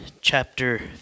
chapter